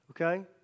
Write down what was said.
okay